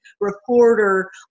reporter